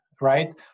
right